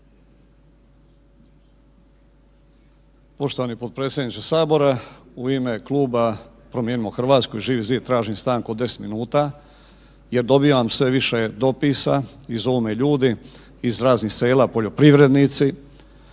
Poštovani potpredsjedniče Sabora. U ime kluba Promijenimo Hrvatsku i Živi zid tražim stanku od 10 minuta jer dobivam sve više dopisa i zovu me ljudi iz raznih sela poljoprivrednici